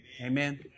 Amen